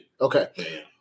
Okay